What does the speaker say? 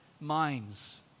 minds